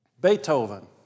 Beethoven